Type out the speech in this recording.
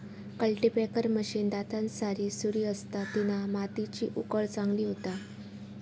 cultipacker machine दातांसारी सुरी असता तिना मातीची उकळ चांगली होता